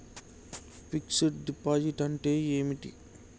Fix డ్ deposit అంటే ఏమిటి?